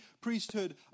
priesthood